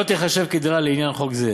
לא תיחשב לדירה לעניין חוק זה,